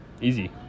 Easy